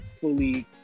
fully